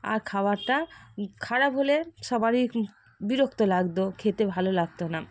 আর খাবারটা খারাপ হলে সবারই বিরক্ত লাগত খেতে ভালো লাগত না